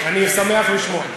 ערבית אני לא יודע.